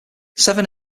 seven